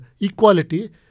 equality